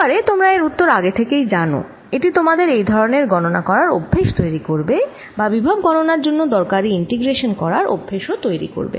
হতে পারে তোমরা এর উত্তর আগে থেকেই জানো এটি তোমাদের এই ধরনের গণনা করার অভ্যেস তৈরি করবে বা বিভব গণনার জন্য দরকারি ইন্টিগ্রেশান করার অভ্যেস তৈরি করবে